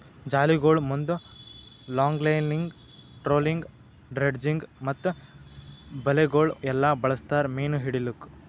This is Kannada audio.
ಜಾಲಿಗೊಳ್ ಮುಂದ್ ಲಾಂಗ್ಲೈನಿಂಗ್, ಟ್ರೋಲಿಂಗ್, ಡ್ರೆಡ್ಜಿಂಗ್ ಮತ್ತ ಬಲೆಗೊಳ್ ಎಲ್ಲಾ ಬಳಸ್ತಾರ್ ಮೀನು ಹಿಡಿಲುಕ್